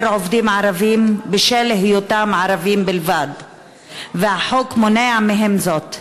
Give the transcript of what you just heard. עובדים ערבים בשל היותם ערבים בלבד והחוק מונע מהם זאת.